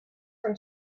from